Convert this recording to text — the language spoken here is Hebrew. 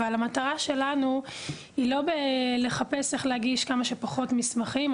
אבל המטרה שלנו היא לא לחפש איך להגיש כמה שפחות מסמכים.